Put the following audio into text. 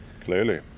Clearly